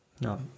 No